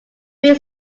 three